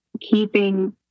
keeping